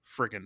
friggin